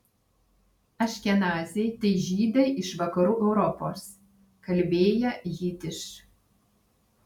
aškenaziai tai žydai iš vakarų europos kalbėję jidiš